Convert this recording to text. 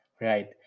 Right